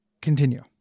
Continue